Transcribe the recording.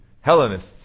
Hellenists